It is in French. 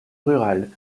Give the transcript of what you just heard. rurale